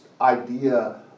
idea